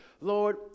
lord